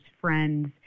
friends